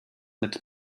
mit